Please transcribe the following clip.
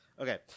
Okay